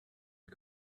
are